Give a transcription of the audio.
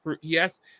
yes